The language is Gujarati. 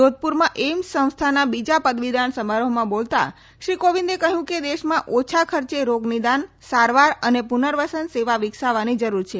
જોધપુરમાં એઇમ્સ સંસ્થાના બીજા પદવીદાન સમારોહમાં બોલતાં શ્રી કોવિંદે કહ્યું કે દેશમાં ઓછા ખર્ચે રોગ નિદાન સારવાર અને પુનર્વસન સેવા વિકસાવવાની જરૂર છે